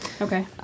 Okay